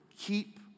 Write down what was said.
Keep